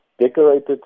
Decorated